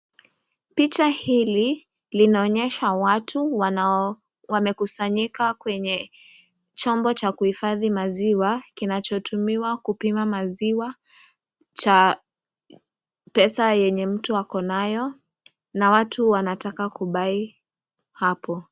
Picha hii linaonyesha watu wanao wamekusanyika kwenye chombo cha kuhifadhi maziwa, kinachotumiwa kupima maziwa cha pesa enye mtu ako nayo, na watu wanataka ku buy hapo.